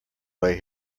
way